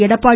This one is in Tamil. எடப்பாடி